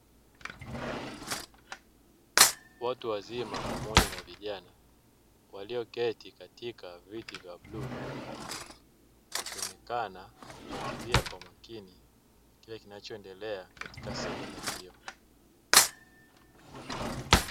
Watu wazima pamoja na vijana walioketi katika viti vya bluu, wakionekana kufuatilia kwa makini kile kinachoendelea katika semina hiyo.